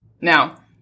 Now